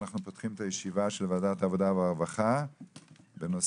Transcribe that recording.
אנחנו פותחים את ישיבת ועדת העבודה והרווחה בנושא